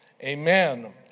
Amen